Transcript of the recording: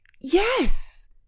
Yes